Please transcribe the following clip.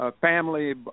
family